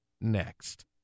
next